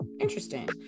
interesting